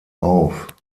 auf